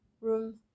room